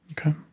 Okay